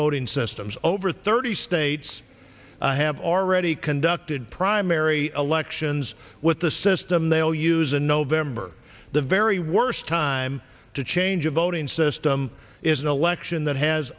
voting systems over thirty states have already conducted primary elections with the system they all use and november the very worst time to change a voting system is an election that has